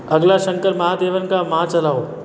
अगला शंकर महादेवन का माँ चलाओ